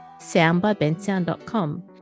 soundbybensound.com